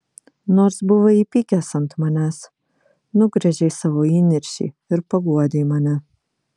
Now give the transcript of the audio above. nors buvai įpykęs ant manęs nugręžei savo įniršį ir paguodei mane